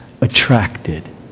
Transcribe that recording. attracted